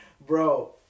bro